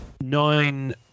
nine